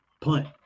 punt